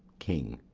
king.